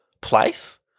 place